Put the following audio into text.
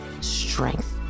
strength